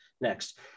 next